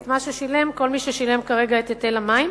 מה ששילם כל מי ששילם כרגע את היטל המים,